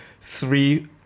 three